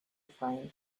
fine